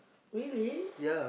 really